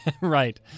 Right